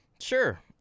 Sure